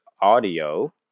audio